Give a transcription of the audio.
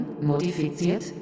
modifiziert